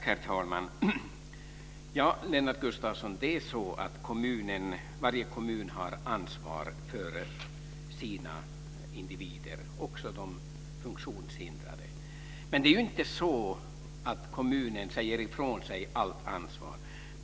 Herr talman! Varje kommun har ansvar för sina invånare, också de funktionshindrade. Men kommunen säger inte ifrån sig allt ansvar.